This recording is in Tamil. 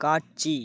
காட்சி